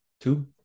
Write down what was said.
two